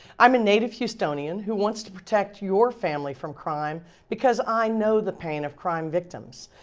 i'm and native houstonian who wants to protected your family from crime because i know the pain of crime victims.